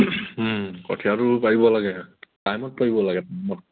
কঠীয়াটো পাৰিব লাগে টাইমত পাৰিব লাগে মত